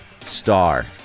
star